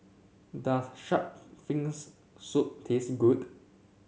does shark fins soup taste good